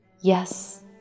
yes